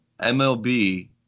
MLB